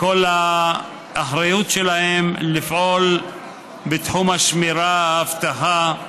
בכל האחריות שלהם לפעול בתחום השמירה, האבטחה,